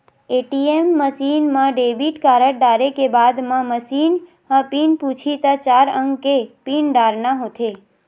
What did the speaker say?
ATM machine म debit card डारे के बाद म मसीन ह पिन पूछही त चार अंक के पिन डारना होथे